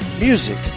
Music